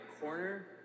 corner